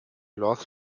laugh